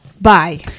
bye